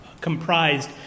comprised